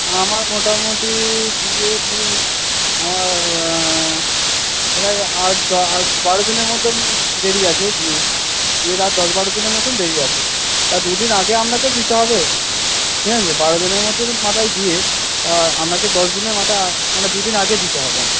আমার মোটামুটি বিয়ে ধরুন আর প্রায় আট দশ বারো দিনের মতন দেরি আছে বিয়ে বিয়ের আর দশ বারো দিনের মতন দেরি আছে তা দুদিন আগে আপনাকে দিতে হবে ঠিক আছে বারো দিনের মাথায় বিয়ে তা আপনাকে দশ দিনের মাথায় মানে দু দিন আগে দিতে হবে